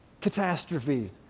catastrophe